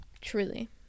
Truly